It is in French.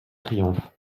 triomphe